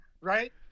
Right